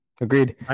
Agreed